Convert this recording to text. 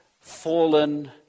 fallen